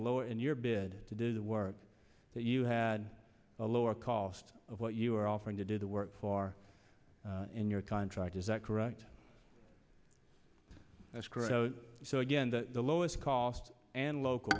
low in your bid to do the work that you had a lower cost of what you were offering to do the work for in your contract is that correct that's correct so again that the lowest cost and local